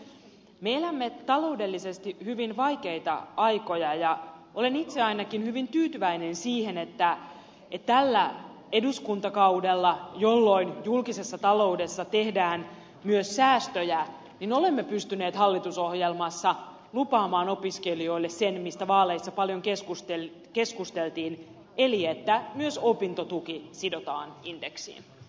me elämme taloudellisesti hyvin vaikeita aikoja ja olen itse ainakin hyvin tyytyväinen siihen että tällä eduskuntakaudella jolloin julkisessa taloudessa tehdään myös säästöjä olemme pystyneet hallitusohjelmassa lupaamaan opiskelijoille sen mistä vaaleissa paljon keskusteltiin eli että myös opintotuki sidotaan indeksiin